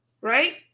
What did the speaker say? Right